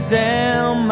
down